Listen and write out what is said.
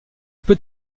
peu